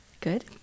Good